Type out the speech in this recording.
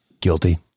guilty